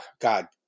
God